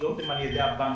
הדחיות הן על ידי הבנקים.